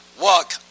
walk